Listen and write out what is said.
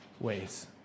ways